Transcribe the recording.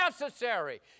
necessary